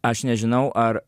aš nežinau ar